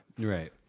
Right